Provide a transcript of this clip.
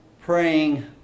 Praying